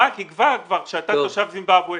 הבנק יקבע שאתה תושב זימבבוואי.